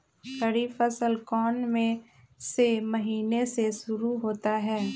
खरीफ फसल कौन में से महीने से शुरू होता है?